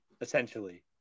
essentially